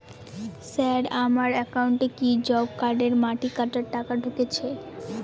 Sir আমার একাউন্টে কি জব কার্ডের মাটি কাটার টাকা ঢুকেছে?